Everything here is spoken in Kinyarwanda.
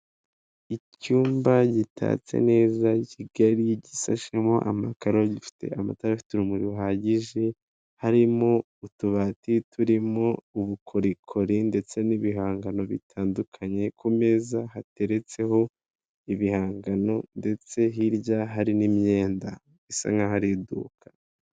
Icyumba gitatse neza kigari gisashemo amakaro, gifite amatara afite urumuri ruhagije, harimo utubati turimo ubukorikori ndetse n'ibihangano bitandukanye, ku meza hateretseho ibihangano ndetse hirya hari n'imyenda bisa nkaho ari iduka.